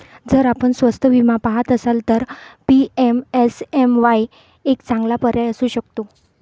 जर आपण स्वस्त विमा पहात असाल तर पी.एम.एस.एम.वाई एक चांगला पर्याय असू शकतो